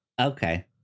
Okay